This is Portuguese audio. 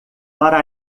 para